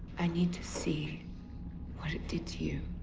i need to see what it did to